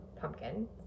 pumpkin